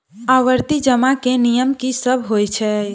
आवर्ती जमा केँ नियम की सब होइ है?